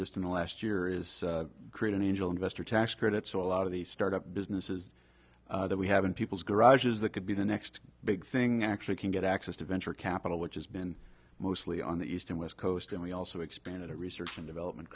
just in the last year is create an angel investor tax credit so a lot of the startup businesses that we have in people's garages that could be the next big thing actually can get access to venture capital which has been mostly on the east and west coast and we also expanded our research and development